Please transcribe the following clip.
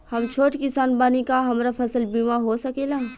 हम छोट किसान बानी का हमरा फसल बीमा हो सकेला?